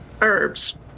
herbs